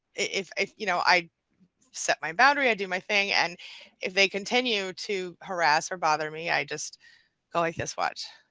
if if you know, i set my boundary, i do my thing and if they continue to harass or bother me i just go like this, watch.